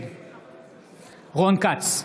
נגד רון כץ,